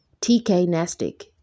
tknastic